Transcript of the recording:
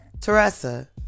Teresa